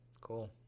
Cool